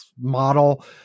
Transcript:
model